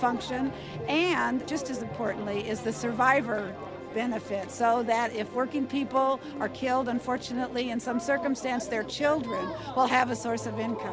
function and just as importantly is the survivor benefits so that if working people are killed unfortunately in some circumstance their children will have a source of income